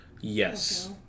Yes